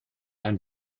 ein